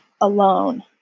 alone